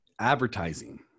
advertising